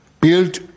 built